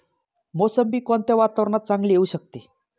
मोसंबी कोणत्या वातावरणात चांगली येऊ शकते?